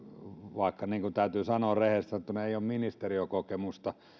vaikka täytyy sanoa että rehellisesti sanottuna ei ole ministeriökokemusta ja